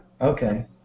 okay